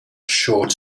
short